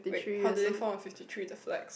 wait how do they form a fifty three the flags